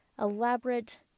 elaborate